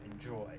enjoy